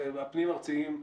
הפנים-ארציים.